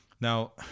Now